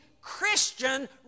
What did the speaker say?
Christian